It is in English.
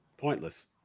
pointless